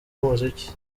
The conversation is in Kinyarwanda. umuziki